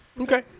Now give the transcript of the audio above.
Okay